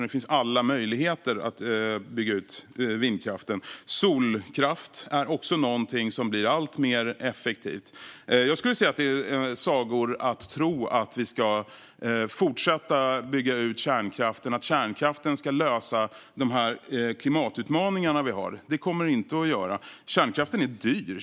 Det finns alla möjligheter att bygga ut vindkraften. Solkraft är också något som blir alltmer effektivt. Jag skulle säga att det är sagor att tro att vi ska fortsätta att bygga ut kärnkraften och att den ska lösa de klimatutmaningar vi har. Det kommer den inte att göra. Kärnkraften är dyr.